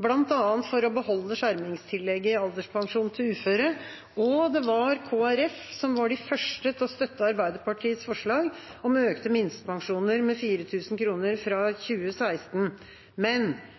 bl.a. for å beholde skjermingstillegget i alderspensjonen til uføre, og det var Kristelig Folkeparti som var de første til å støtte Arbeiderpartiets forslag om å øke minstepensjonen med 4 000 kr fra 2016. Men